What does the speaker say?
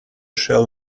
shall